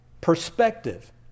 perspective